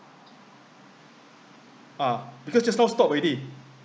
ah because just now stop already